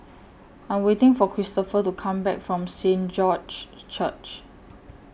I'm waiting For Christoper to Come Back from Saint George's Church